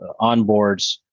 onboards